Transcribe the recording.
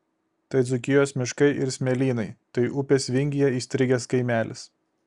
tai dzūkijos miškai ir smėlynai tai upės vingyje įstrigęs kaimelis